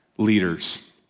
leaders